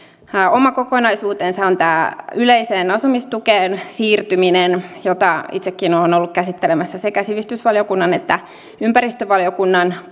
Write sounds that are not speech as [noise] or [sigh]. oma kokonaisuutensa on tämä yleiseen asumistukeen siirtyminen jota itsekin olen ollut käsittelemässä sekä sivistysvaliokunnan että ympäristövaliokunnan [unintelligible]